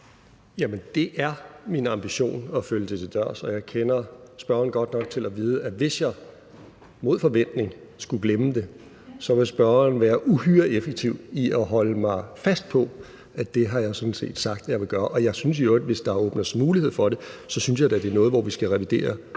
det er min ambition at følge det til dørs, og jeg kender spørgeren godt nok til at vide, at hvis jeg mod forventning skulle glemme det, vil spørgeren være uhyre effektiv i at holde mig fast på, at det har jeg sådan set sagt jeg ville gøre. Hvis der åbnes mulighed for det, synes jeg da i øvrigt, at det er noget, hvor vi skal revidere